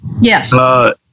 Yes